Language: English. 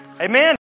Amen